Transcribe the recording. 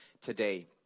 today